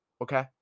Okay